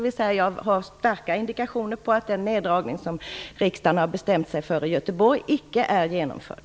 Jag har fått starka indikationer på att den neddragning i Göteborg som riksdagen har beslutat om icke är genomförd.